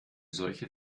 solche